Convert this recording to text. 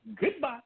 goodbye